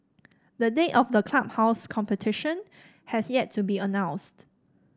the date of the clubhouse's completion has yet to be announced